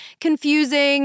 confusing